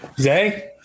Zay